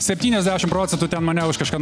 septyniasdešimt procentų ten mane už kažką